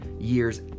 years